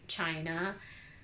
china